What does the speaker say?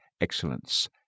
excellence